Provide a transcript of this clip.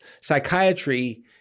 psychiatry